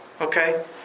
Okay